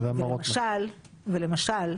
למשל,